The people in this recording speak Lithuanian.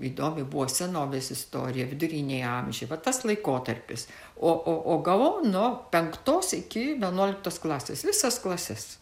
įdomi buvo senovės istorija viduriniai amžiai va tas laikotarpis o o o gavau nuo penktos iki vienuoliktos klasės visas klases